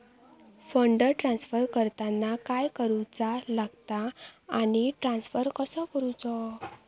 Fund transfer करताना काय करुचा लगता आनी ट्रान्स्फर कसो करूचो?